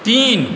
तीन